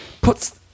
puts